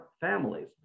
families